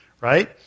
right